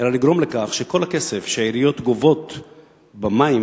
אלא לגרום לכך שכל הכסף שהעיריות גובות במים,